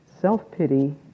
Self-pity